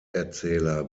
erzähler